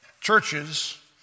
churches